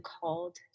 called